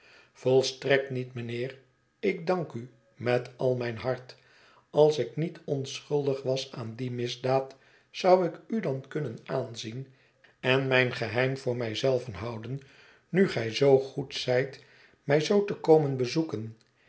volstrekt niet mijnheer ik dank u met al mijn hart als ik niet onschuldig was aan die misdaad zou ik u dan kunnen aanzien en mijn geheim voor mij zei ven houden nu gij zoo goed zijt mij zoo te komen bezoeken